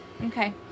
Okay